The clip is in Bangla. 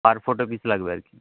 পার ফটো পিস লাগবে আর কি